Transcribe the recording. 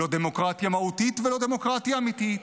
לא דמוקרטיה מהותית ולא דמוקרטיה אמיתית.